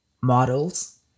models